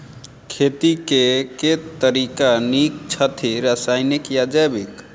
खेती केँ के तरीका नीक छथि, रासायनिक या जैविक?